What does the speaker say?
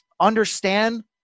understand